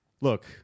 look